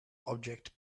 object